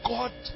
God